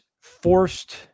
forced